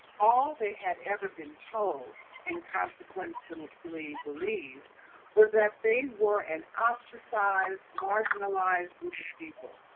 all they had ever been told and consequently, believed was that they were an ostracized, marginalized group of people.